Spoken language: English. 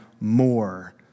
more